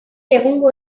egungo